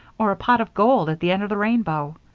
or a pot of gold at the end of the rainbow.